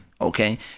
okay